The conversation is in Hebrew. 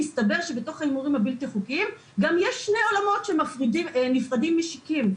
מסתבר שבתוכם יש גם שני עולמות נפרדים משיקים.